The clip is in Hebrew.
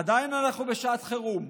עדיין אנחנו בשעת חירום.